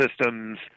systems